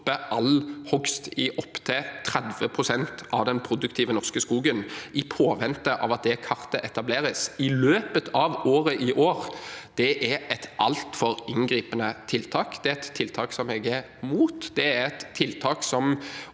stoppe all hogst i opptil 30 pst. av den produktive norske skogen i påvente av at det kartet etableres i løpet av dette året, er et altfor inngripende tiltak. Det er et tiltak som jeg er imot. Det er et tiltak som